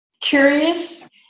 curious